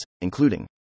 including